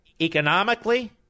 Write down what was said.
economically